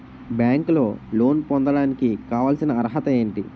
బ్యాంకులో లోన్ పొందడానికి కావాల్సిన అర్హత ఏంటి?